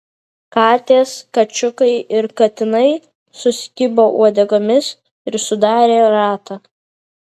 katės kačiukai ir katinai susikibo uodegomis ir sudarė ratą